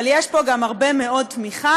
אבל יש פה גם הרבה מאוד תמיכה.